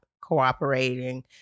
cooperating